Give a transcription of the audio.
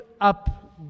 up